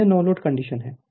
अब यह no load condition है